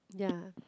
ya